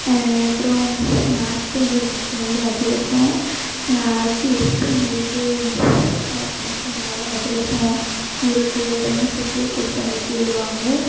அப்றம் எங்கள் ஆச்சிட்ட எங்களுக்கு பிடிச்சது வந்து அதிரசம் எங்கள் ஆச்சி எப்போ எங்களுக்கு ஏதாவது ஃபங்க்ஷன் வந்தாலே அதிரசம் முறுக்கு இதெல்லாம் சுட்டு கொடுத்து அனுப்பிடுவாங்க